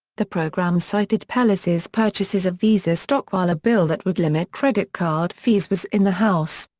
the program cited pelosi's purchases of visa stock while a bill that would limit credit card fees was in the house.